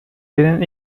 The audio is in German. denen